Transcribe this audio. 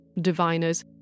diviners